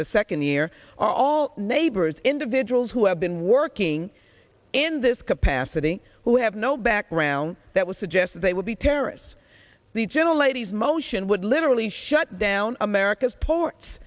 the second year all neighbors individuals who have been working in this capacity who have no background that would suggest they would be terrorists the general lady's motion would literally shut down america's ports